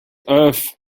earth